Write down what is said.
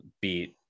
beat